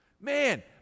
Man